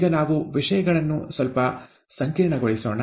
ಈಗ ನಾವು ವಿಷಯಗಳನ್ನು ಸ್ವಲ್ಪ ಸಂಕೀರ್ಣಗೊಳಿಸೋಣ